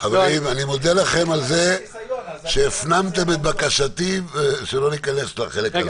אני מודה לכם על זה שהפנמתם את בקשתי שלא ניכנס לחלק הזה.